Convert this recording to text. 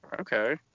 Okay